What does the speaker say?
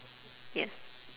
yes